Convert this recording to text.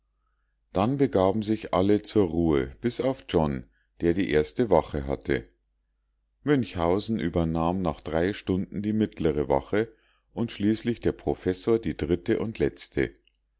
dann begaben sich alle zur ruhe bis auf john der die erste wache hatte münchhausen übernahm nach drei stunden die mittlere wache und schließlich der professor die dritte und letzte